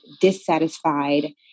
dissatisfied